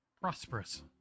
prosperous